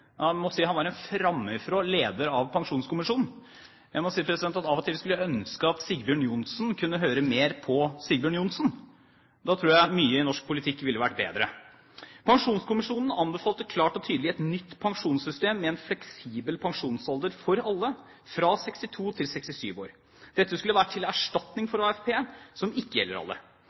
han var en framifrå leder av Pensjonskommisjonen. Jeg må si at jeg av og til skulle ønske at Sigbjørn Johnsen kunne høre mer på Sigbjørn Johnsen. Da tror jeg mye i norsk politikk ville vært bedre. Pensjonskommisjonen anbefalte klart og tydelig et nytt pensjonssystem med en fleksibel pensjonsalder for alle, fra 62 til 67 år. Dette skulle være til erstatning for AFP, som ikke gjaldt alle.